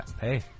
hey